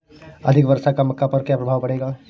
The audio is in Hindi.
अधिक वर्षा का मक्का पर क्या प्रभाव पड़ेगा?